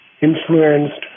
influenced